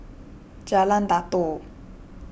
Jalan Datoh